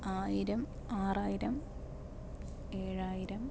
ആയിരം ആറായിരം ഏഴായിരം